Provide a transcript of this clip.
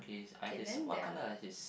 okay then there are